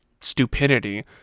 stupidity